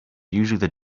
usually